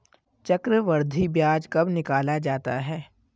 चक्रवर्धी ब्याज कब निकाला जाता है?